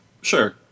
Sure